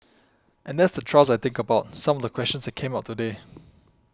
and that's the thrust I think about some of the questions that came up today